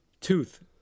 Tooth